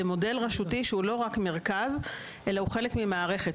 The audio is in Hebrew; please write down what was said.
כמודל רשותי שהוא לא רק מרכז אלא הוא חלק ממערכת.